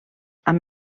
amb